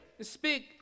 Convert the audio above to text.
speak